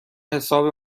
حساب